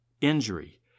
injury